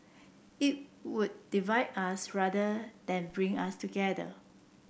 it would divide us rather than bring us together